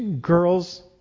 girls